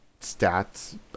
stats